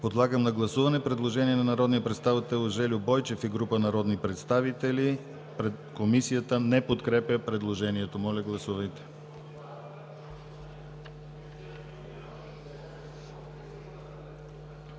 Подлагам на гласуване предложение на народния представител Жельо Бойчев и група народни представители. Комисията не подкрепя предложението. Гласували